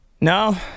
No